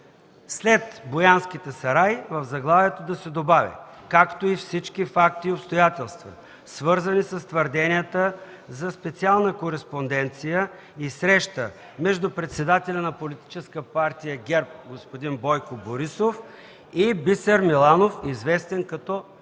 след „Боянските сараи” в заглавието да се добави „както и всички факти и обстоятелства, свързани с твърденията за специална кореспонденция и среща между председателя на политическа партия ГЕРБ господин Бойко Борисов и Бисер Миланов, известен като Петното”.